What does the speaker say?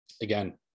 Again